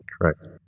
correct